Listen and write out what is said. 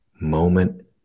moment